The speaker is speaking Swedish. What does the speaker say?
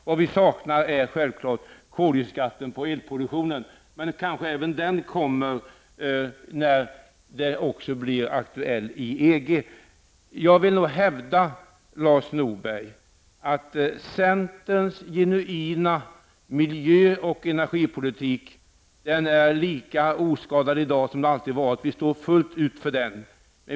Vad vi saknar är självfallet en koldioxidskatt på elproduktionen, men kanske även den kommer när frågan blir aktuell i EG. Jag vill nog hävda, Lars Norberg, att centerns genuina miljö och energipolitik är lika oskadd i dag som någonsin tidigare. Vi står för den fullt ut.